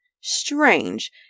Strange